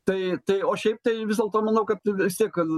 tai tai o šiaip tai vis dėlto manau kad vis tiek kad